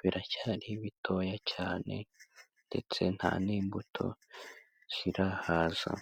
biracyari bitoya cyane ndetse nta n'imbuto zirahaza.